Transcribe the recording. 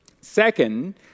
Second